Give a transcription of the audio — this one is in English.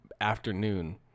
afternoon